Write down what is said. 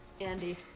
Andy